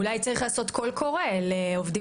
אולי צריך לעשות קול קורא ממוקד לעובדים